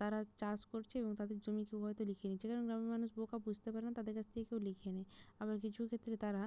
তারা চাষ করছে এবং তাদের জমি কেউ হয়তো লিখিয়ে নিচ্ছে কারণ গ্রামের মানুষ বোকা বুঝতে পারে না তাদের কাছ থেকে কেউ লিখিয়ে নেয় আবার কিছু ক্ষেত্রে তারা